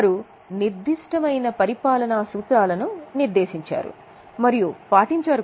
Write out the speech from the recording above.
వారు నిర్దిష్టమైన పరిపాలన సూత్రాలను నిర్దేశించారు మరియు పాటించారు